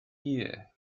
year